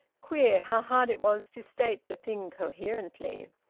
queer, how hard it was to state the thing coherently!